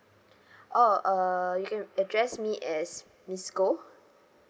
oh uh you can address me as miss goh